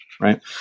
Right